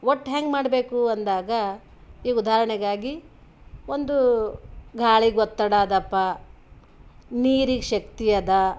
ಒಟ್ಟು ಹ್ಯಾಂಗ ಮಾಡಬೇಕು ಅಂದಾಗ ಈಗ ಉದಾಹರಣೆಗಾಗಿ ಒಂದು ಗಾಳಿಗೆ ಒತ್ತಡ ಅದಪ್ಪ ನೀರಿಗೆ ಶಕ್ತಿ ಅದ